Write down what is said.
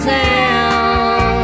town